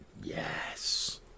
Yes